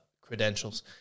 credentials